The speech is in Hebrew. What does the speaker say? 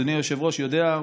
אדוני היושב-ראש יודע,